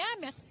merci